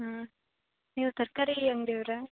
ಹ್ಞೂ ನೀವು ತರಕಾರಿ ಅಂಗಡಿ ಅವರಾ